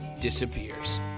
disappears